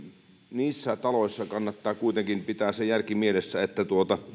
niissä taloissa kannattaa kuitenkin pitää se järki mielessä että